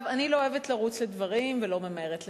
אני לא אוהבת לרוץ לדברים ולא ממהרת לחוקק,